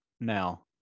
Now